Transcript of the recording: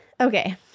Okay